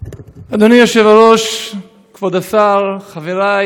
אדוני היושב-ראש, כבוד השר, חברי